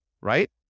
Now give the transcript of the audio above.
right